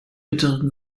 bitteren